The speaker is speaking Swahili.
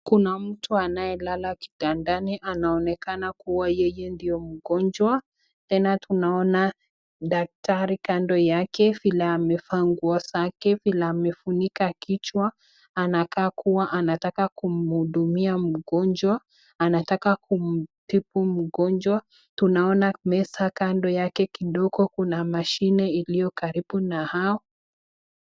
Kuna mtu anayelala kitandani, anaonekana kuwa yeye ndio mgonjwa , tena tunaona daktari kando yake, vile amevaa nguo zake vile amefunika kichwa. Anakaa kuwa anataka kumhudumia mgonjwa , anataka kumtibu mgonjwa. Tunaona meza kando yake kidogo Kuna mashini iliyo karibu na hao,